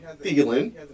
feeling